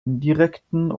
indirekten